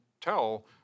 tell